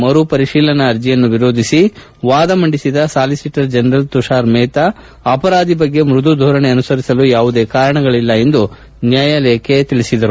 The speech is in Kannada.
ಮರುಪರಿಶೀಲನಾ ಅರ್ಜಿಯನ್ನು ವಿರೋಧಿಸಿ ವಾದ ಮಂಡಿಸಿದ ಸಾಲಿಸಿಟರ್ ಜನರಲ್ ಶುಷಾರ್ ಮೆಹ್ತಾ ಅಪರಾಧಿ ಬಗ್ಗೆ ಮ್ಟದು ಧೋರಣೆ ಅನುಸರಿಸಲು ಯಾವುದೇ ಕಾರಣಗಳಿಲ್ಲ ಎಂದು ನ್ವಾಯಾಲಯಕ್ಕೆ ತಿಳಿಸಿದರು